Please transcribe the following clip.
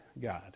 God